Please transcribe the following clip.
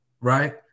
Right